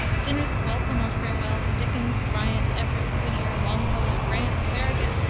dinners of welcome or farewell to dickens, bryant, everett, whittier, longfellow, grant, farragut,